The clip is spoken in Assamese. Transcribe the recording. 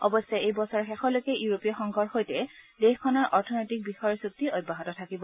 অৱশ্যে এইবছৰৰ শেষলৈকে ইউৰোপীয় সংঘৰ সৈতে দেশখনৰ অৰ্থনৈতিক বিষয়ৰ চুক্তি অব্যাহত থাকিব